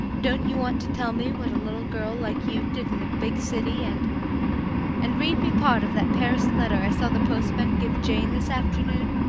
don't you want to tell me what a little girl like you did in a big city, and and read me part of that paris letter i saw the postman give jane this afternoon?